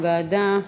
ועדה.